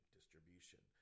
distribution